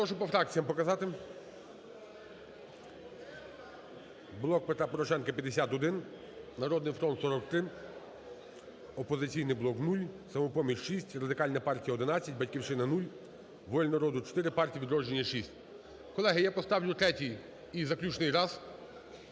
Прошу по фракціям показати. "Блок Петра Порошенка" – 51, "Народний фронт" – 43, "Опозиційний блок" – 0, "Самопоміч" – 6, Радикальна партія – 11, "Батьківщина" – 0, "Воля народу" – 4, "Партія "Відродження" – 6. Колеги, я поставлю третій, і заключний, раз.